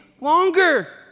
longer